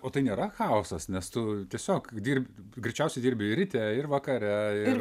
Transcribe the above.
o tai nėra chaosas nes tu tiesiog dirb greičiausiai dirbi ir ryte ir vakare ir